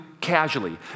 casually